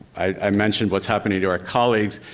i mentioned what's happening to our colleagues.